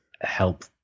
help